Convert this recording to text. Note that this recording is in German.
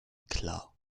klar